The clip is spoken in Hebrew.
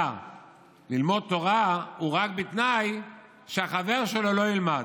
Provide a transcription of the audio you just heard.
ללמוד תורה רק בתנאי שהחבר שלו לא ילמד.